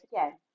again